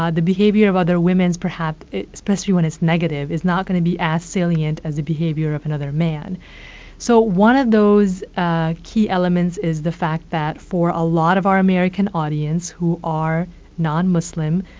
ah the behavior of other women is perhaps especially when it's negative, is not going to be as salient as the behavior of another man so one of those ah key elements is the fact that for a lot of our american audience who are non-muslim,